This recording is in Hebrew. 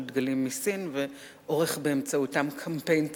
דגלים מסין ועורך באמצעותם קמפיין ציוני,